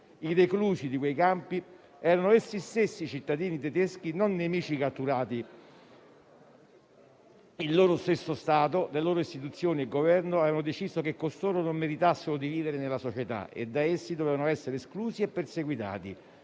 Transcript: i reclusi di quei campi erano essi stessi cittadini tedeschi, non nemici catturati. Il loro stesso Stato, le loro istituzioni e il Governo avevano deciso che costoro non meritassero di vivere nella società e da essa dovessero essere esclusi e perseguitati,